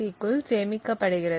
க்குள் சேமிக்கப்படுகிறது